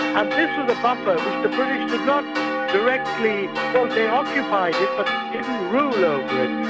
ah this was a buffer which the british did not directly, well they occupied it, but didn't rule over it.